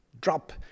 drop